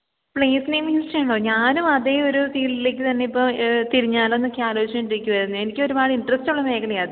place name ഞാനും അതേ ഒരു ഫീള്ഡിലേക്ക് തന്നെ ഇപ്പം തിരിഞ്ഞാലോ എന്നൊക്കെ ആലോചിച്ചുകൊണ്ടിരിക്കുകയായിരുന്നെ എനിക്കൊരുമാതിരി ഇന്ട്രസ്റ്റ് ഉള്ള മേഖലയാ അത്